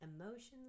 emotions